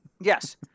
Yes